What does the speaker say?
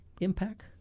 impact